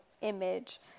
image